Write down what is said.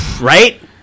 right